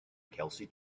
kelsey